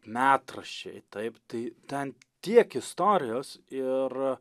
metraščiai taip tai ten tiek istorijos ir